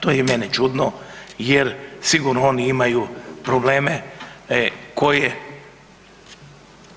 To je i meni čudno jer sigurno oni imaju probleme koje